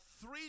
three